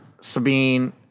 Sabine